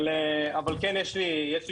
אבל כן, יש לי שאלה.